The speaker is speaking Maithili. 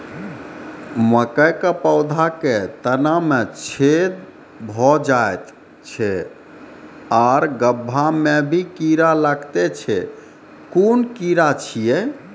मकयक पौधा के तना मे छेद भो जायत छै आर गभ्भा मे भी कीड़ा लागतै छै कून कीड़ा छियै?